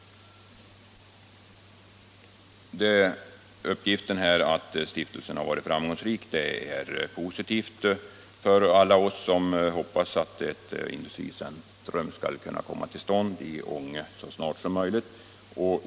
Uppgiften om att stifelsen har varit framgångsrik är positiv för alla oss som hoppas att ett industricentrum skall kunna komma till stånd så snart som möjligt i Ånge.